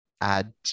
add